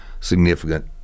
significant